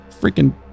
freaking